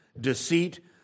deceit